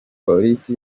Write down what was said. polisi